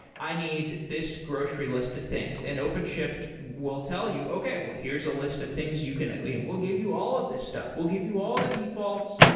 i need this grocery list of things. and openshift will tell you, okay, well here's a list of things you can we'll we'll give you all of this stuff. we'll give you all the defaults.